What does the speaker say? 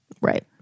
Right